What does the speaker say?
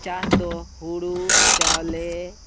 ᱪᱟᱥ ᱫᱚ ᱦᱳᱲᱳ ᱪᱟᱣᱞᱮ